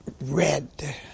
red